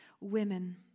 women